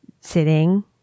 sitting